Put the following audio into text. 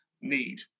need